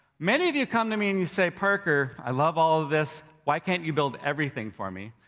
many of you come to me, and you say, parker, i love all of this. why can't you build everything for me?